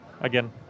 again